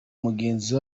mugenzi